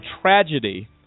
tragedy